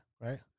right